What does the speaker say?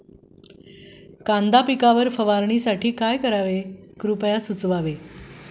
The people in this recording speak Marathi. कांद्यांच्या पिकावर फवारणीसाठी काय करावे कृपया सुचवावे